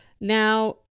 Now